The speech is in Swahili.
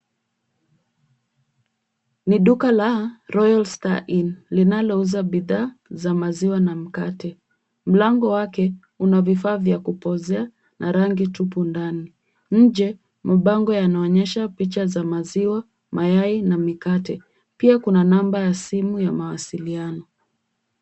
Ni duka la Royal Star Inn linalouza bidhaa za maziwa na mkate. Mlango wake una vifaa vya kupozea na rangi tupu ndani. Nje mabango yanaonyesha picha za maziwa, mayai na mikate. Pia kuna namba ya simu ya mawasiliano.